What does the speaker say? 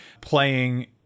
playing